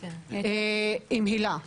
עם הילה.